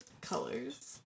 Colors